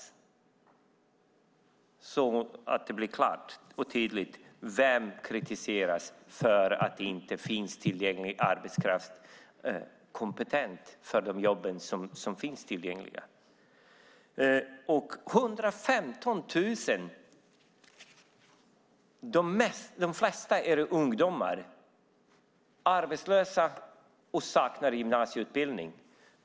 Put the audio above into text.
Jag säger detta för att det ska vara klart och tydligt vem som kritiseras för att det inte finns kompetent arbetskraft för de jobb som finns tillgängliga. 115 000 människor, de flesta ungdomar, är arbetslösa och saknar gymnasieutbildning.